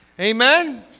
Amen